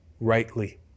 rightly